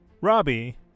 Robbie